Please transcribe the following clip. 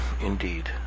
Indeed